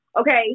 Okay